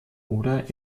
oder